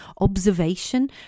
observation